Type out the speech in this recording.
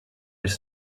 elle